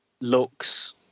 looks